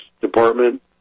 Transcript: department